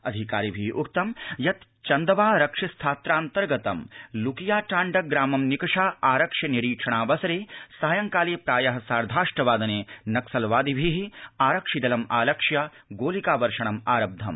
अधिकारिभि उक्तं यत् चन्दवा रक्षिस्थानान्तर्गतं लुकियाटांड ग्रामं निकषा आरक्षि निरीक्षणावसरे सायंकाले प्राय सार्धाष्ट वादने नक्सलवादिभि आरक्षिदलम् आलक्ष्य गोलिका वर्षणम् आरब्धम्